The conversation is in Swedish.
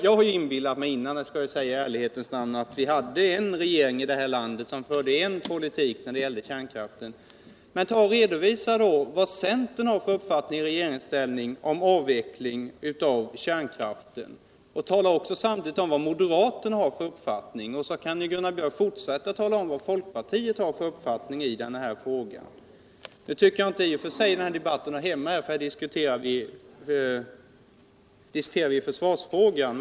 Jag hade inbillat mig att vi har en borgerlig regering som för en samiad politik när det gäller kärnkraften. Men redovisa då i stället vad centern har för uppfattning i regeringsställning om avveckling av kärnkraften! Gunnar Björk kan samtidigt tala om vad moderaterna har för uppfattning och även fortsätta med att redovisa folkpartiets inställning i denna fråga. Nu tycker jag inte att denna debatt hör hemma här, eftersom vi nu diskuterar försvarsfrågan.